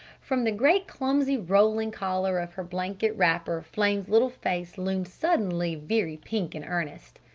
from the great clumsy rolling collar of her blanket wrapper flame's little face loomed suddenly very pink and earnest.